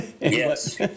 Yes